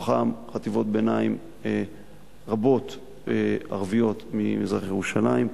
ובתוכן חטיבות ביניים רבות ערביות ממזרח-ירושלים.